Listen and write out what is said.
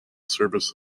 service